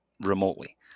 remotely